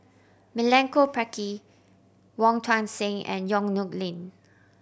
Milenko Prvacki Wong Tuang Seng and Yong Nyuk Lin